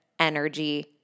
energy